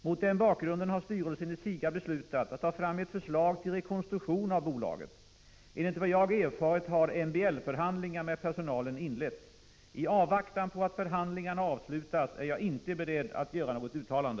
Mot den bakgrunden har styrelsen i SIGA beslutat att ta fram ett förslag till rekonstruktion av bolaget. Enligt vad jag erfarit har MBL-förhandlingar med personalen inletts. I avvaktan på att förhandlingarna avslutas är jag inte beredd att göra något uttalande.